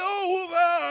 over